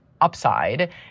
upside